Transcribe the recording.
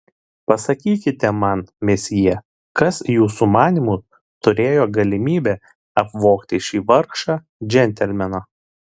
pasakykite man mesjė kas jūsų manymu turėjo galimybę apvogti šį vargšą džentelmeną